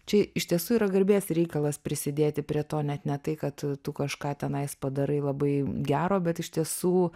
čia iš tiesų yra garbės reikalas prisidėti prie to net ne tai kad tu kažką tenais padarai labai gero bet iš tiesų